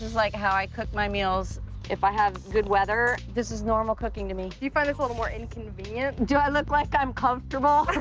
like, how i cook my meals. if i have good weather, this is normal cooking to me. do you find this a little more inconvenient? do i look like i'm comfortable?